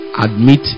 admit